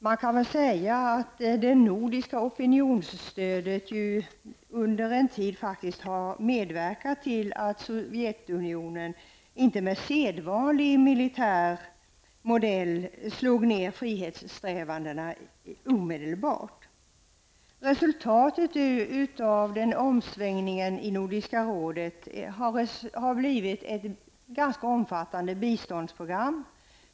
Man kan nog säga att det nordiska opinionstödet under en tid faktiskt har medverkat till att Sovjetunionen låtit bli att enligt sedvanlig militär modell omedelbart sätta stopp för frihetssträvandena. Resultatet av omsvängningen i Nordiska rådet är att det nu finns ett ganska omfattande biståndsprogram.